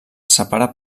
separa